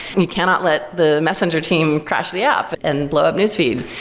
you cannot let the messenger team crash the app and blow up newsfeed.